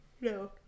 No